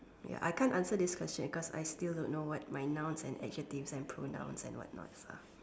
ya I can't answer this questions cause I still don't know what my nouns and adjectives and pronouns and whatnot are